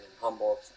humble